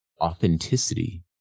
authenticity